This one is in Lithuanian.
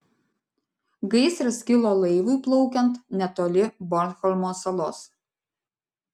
gaisras kilo laivui plaukiant netoli bornholmo salos